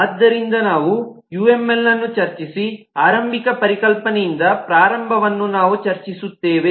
ಆದ್ದರಿಂದ ನಾವು ಯುಎಂಎಲ್ ಅನ್ನು ಚರ್ಚಿಸಿ ಆರಂಭಿಕ ಪರಿಕಲ್ಪನೆಯಿಂದ ಪ್ರಾರಂಭವನ್ನು ನಾವು ಚರ್ಚಿಸುತ್ತೇವೆ